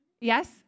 Yes